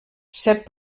set